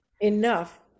enough